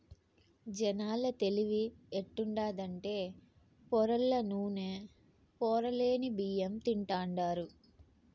జనాల తెలివి ఎట్టుండాదంటే పొరల్ల నూనె, పొరలేని బియ్యం తింటాండారు